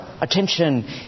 attention